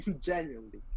Genuinely